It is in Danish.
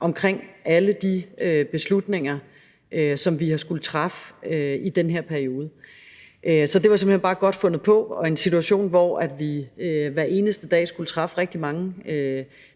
omkring alle de beslutninger, som vi har skullet træffe i den her periode. Så det var simpelt hen bare godt fundet på, og i en situation, hvor vi hver eneste dag skulle træffe rigtig mange